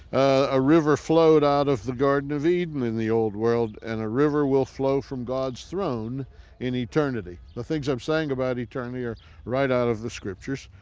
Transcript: a river flowed out of the garden of eden in the old world and a river will flow from god's throne in eternity. the things i'm saying about eternity are right out of the scriptures.